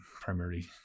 primarily